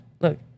Look